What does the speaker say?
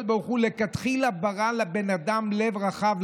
ברוך הוא לכתחילה ברא לבן אדם לב רחב,